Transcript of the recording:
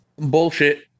Bullshit